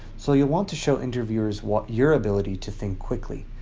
so you'll want to show interviewers what your ability to think quickly.